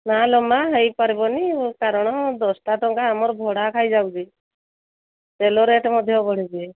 ନା ଲୋ ମା ହୋଇପାରିବନି କାରଣ ଦଶଟା ଟଙ୍କା ଆମର ଭଡ଼ା ଖାଇଯାଉଛି ତେଲ ରେଟ୍ ମଧ୍ୟ ବଢ଼ିଛି